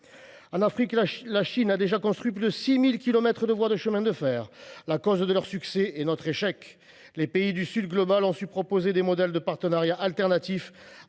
En Afrique, la Chine a déjà construit plus de 6 000 kilomètres de voies de chemin de fer. La cause de ce succès est notre échec. Les pays du Sud global ont su proposer des modèles de partenariat alternatifs,